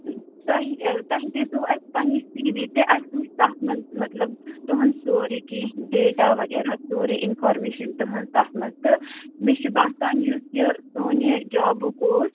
تۄہہِ تۄہہِ دیُتوٕ اسہِ پَننہِ سی وی تہٕ اسہِ وُچھ تَتھ منٛز مَطلَب تُہُنٛد سورُے کیٚنٛہہ ڈیٚٹا وَغیٚرَہ سورُے اِنفارمیشن تُہُنٛز تَتھ منٛز تہٕ مےٚ چھُ باسان یُس یہِ سون یہِ جابُک اوس